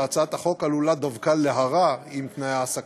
והצעת החוק עלולה דווקא להרע את תנאי העסקתם.